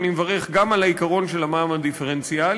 אני מברך גם על העיקרון של המע"מ הדיפרנציאלי